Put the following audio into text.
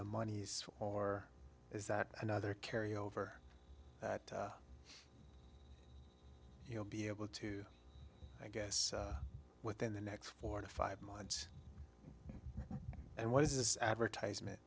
the monies or is that another carry over that he'll be able to i guess within the next four to five months and what is this advertisement